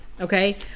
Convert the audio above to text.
okay